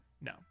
No